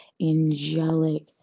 angelic